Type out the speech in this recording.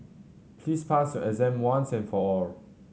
please pass your exam once and for all